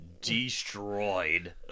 destroyed